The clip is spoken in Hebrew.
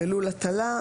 "לול הטלה"